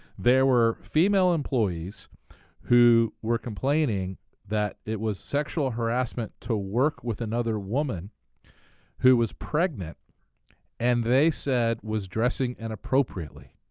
there were female employees who were complaining that it was sexual harassment to work with another woman who was pregnant and they said was dressing inappropriately.